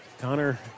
Connor